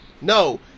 no